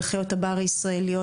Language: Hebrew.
על חיות הבר הישראליות,